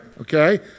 Okay